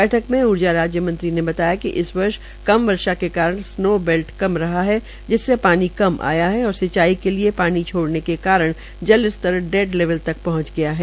बैठक में ऊर्जा राज्य मंत्री ने बतायाकि इस वर्ष कम वर्षा के कारण स्नो बैल्ट कम रहा है जिससे पानी कम आया है और सिंचाई के लिये पानी छोड़ने के कारण जल स्तर डेड लेवल तक पहुंच गया है